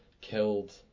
killed